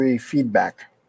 feedback